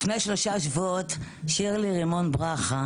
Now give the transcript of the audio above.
לפני שלושה שבועות שירלי רימון ברכה